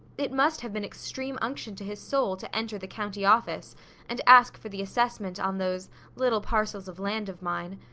it must have been extreme unction to his soul to enter the county office and ask for the assessment on those little parcels of land of mine.